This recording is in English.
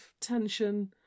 tension